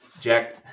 Jack